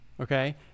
okay